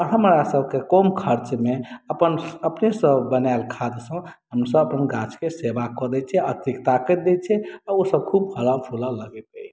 आओर हमरा सबके कम खर्चमे अपन अपनेसँ बनायल खादसँ हम सब अपन गाछके सेवा कऽ दै छी अतिरिक्त ताकत दै छियै ओ सब खूब फलऽ फूलऽ लगैत अछि